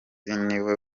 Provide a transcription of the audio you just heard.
niwe